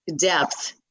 Depth